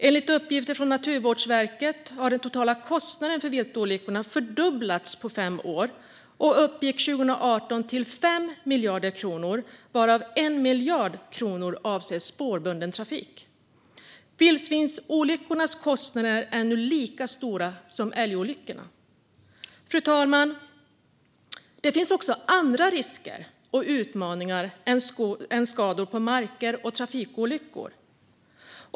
Enligt uppgifter från Naturvårdsverket har den totala kostnaden för viltolyckorna fördubblats på fem år och uppgick 2018 till 5 miljarder kronor, varav 1 miljard kronor avser spårbunden trafik. Vildsvinsolyckornas kostnader är nu lika stora som älgolyckornas. Fru talman! Det finns också andra risker och utmaningar än skador på marker och trafikolyckor.